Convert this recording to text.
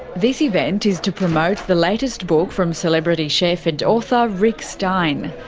this event is to promote the latest book from celebrity chef and author rick stein.